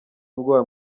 ubwoba